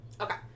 okay